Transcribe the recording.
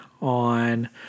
on